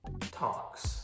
talks